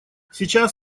сейчас